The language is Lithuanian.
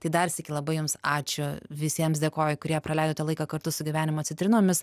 tai dar sykį labai jums ačiū visiems dėkoju kurie praleidote laiką kartu su gyvenimo citrinomis